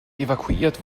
evakuiert